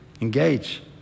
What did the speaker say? Engage